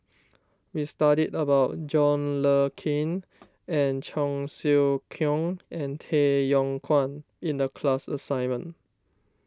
we studied about John Le Cain and Cheong Siew Keong and Tay Yong Kwang in the class assignment